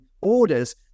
orders